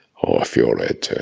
or feel it.